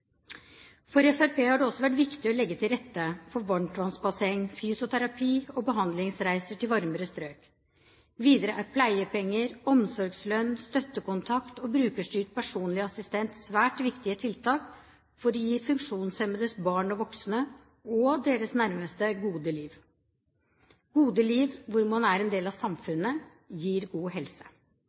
For Fremskrittspartiet har det også vært viktig å legge til rette for varmtvannsbasseng, fysioterapi og behandlingsreiser til varmere strøk. Videre er pleiepenger, omsorgslønn, støttekontakt og brukerstyrt personlig assistent svært viktige tiltak for å gi funksjonshemmede barn og voksne, og deres nærmeste, gode liv. Gode liv, hvor man er en del av samfunnet, gir god helse.